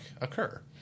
occur